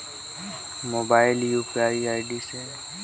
पइसा अपन खाता से दूसर कर खाता म कइसे भेजब?